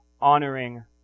honoring